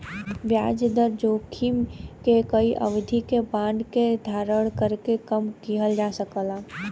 ब्याज दर जोखिम के कई अवधि के बांड के धारण करके कम किहल जा सकला